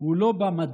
הוא לא במדע,